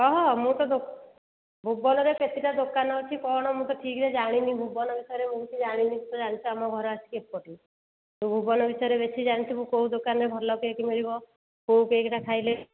କହ ମୁଁ ତ ଭୁବନରେ କେତେଟା ଦୋକାନ ଅଛି କ'ଣ ମୁଁ ତ ଠିକ୍ରେ ଜାଣିନି ଭୁବନ ବିଷୟରେ ମୁଁ କିଛି ଜାଣିନି ତୁ ତ ଜାଣିଛୁ ଆମ ଘର ଆସିକି ଏପଟେ ତୁ ଭୁବନ ବିଷୟରେ ବେଶୀ ଜାଣିଥିବୁ କେଉଁ ଦୋକାନରେ ଭଲ କେକ୍ ମିଳିବ କେଉଁ କେକ୍ଟା ଖାଇଲେ